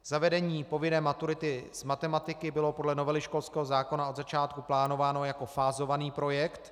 Zavedení povinné maturity z matematiky bylo podle novely školského zákona od začátku plánováno jako fázovaný projekt.